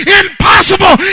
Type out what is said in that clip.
impossible